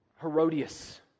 Herodias